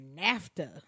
nafta